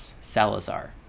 salazar